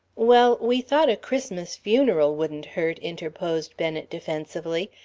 well, we thought a christmas funeral wouldn't hurt, interposed bennet, defensively.